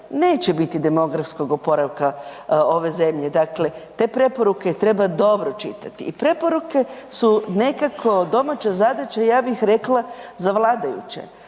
neće biti demografskog oporavka ove zemlje, dakle te preporuke treba dobro čitati i preporuke su nekako domaća zadaća i ja bih rekla za vladajuće,